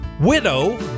widow